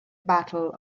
battle